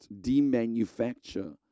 demanufacture